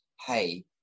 hey